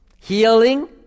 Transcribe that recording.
healing